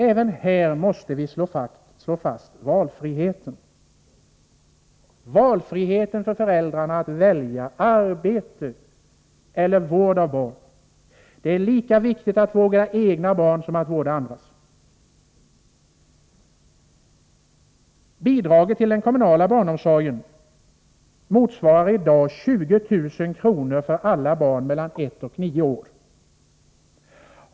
Även här måste vi slå vakt om valfriheten, valfriheten för föräldrarna att välja mellan arbete eller vård av barn. Det är lika viktigt att vårda egna barn som att vårda andras. Bidraget till den kommunala barnomsorgen motsvarar i dag 20 000 kr. för alla barn mellan ett och nio år.